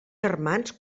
germans